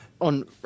on